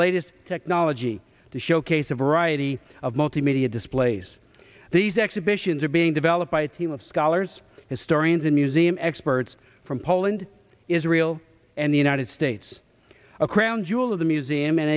latest technology to showcase a variety of multimedia displays these exhibitions are being developed by a team of scholars historians and museum experts from poland israel and the united states